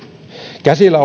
käsillä